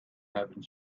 having